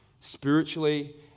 spiritually